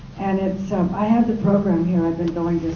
and and so i have the program here. but